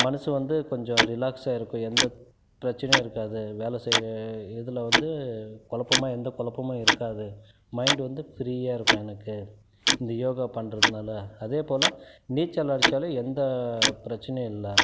மனது வந்து கொஞ்சம் ரிலேக்ஸாக இருக்கும் எந்த பிரச்சினையும் இருக்காது வேலை செய்யுற இதில் வந்து கொழப்பமா எந்த கொழப்பமும் இருக்காது மைண்ட் வந்து ஃப்ரீயாக இருக்கும் எனக்கு இந்த யோகா பண்ணுறதுனால அதே போல நீச்சல் அடிச்சாலும் எந்த பிரச்சினையும் இல்லை